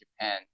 Japan